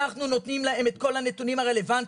אנחנו נותנים להם את כל הנתונים הרלוונטיים,